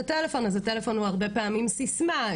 הטלפון אז הטלפון הוא הרבה פעמים עם סיסמה.